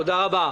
תודה רבה.